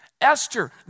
Esther